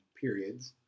periods